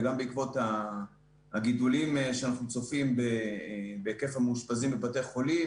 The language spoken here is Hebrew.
וגם בעקבות הגידולים שאנחנו צופים בהיקף המאושפזים בבתי החולים,